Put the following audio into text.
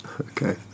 Okay